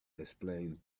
explained